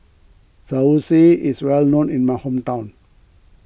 Zosui is well known in my hometown